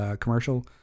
commercial